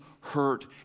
hurt